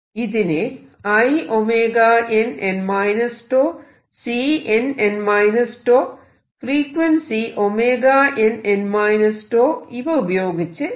ഇതിനെ inn τCnn τ frequency nn τ ഇവ ഉപയോഗിച്ച് നമുക്ക് പ്രതിനിധാനം ചെയ്യാം